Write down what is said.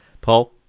Paul